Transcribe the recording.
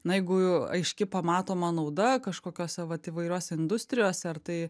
na jeigu aiški pamatoma nauda kažkokiose vat įvairiose industrijose ar tai